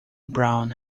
brown